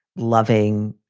loving,